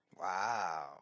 Wow